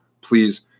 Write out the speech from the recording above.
please